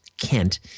Kent